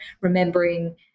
remembering